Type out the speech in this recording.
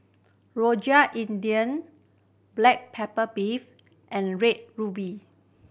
Rojak India black pepper beef and Red Ruby